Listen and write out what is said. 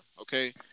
okay